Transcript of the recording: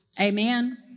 Amen